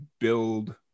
build